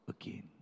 again